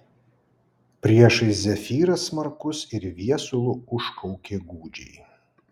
priešais zefyras smarkus ir viesulu užkaukė gūdžiai